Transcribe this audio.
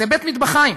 זה בית-מטבחיים.